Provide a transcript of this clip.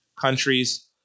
countries